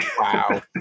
Wow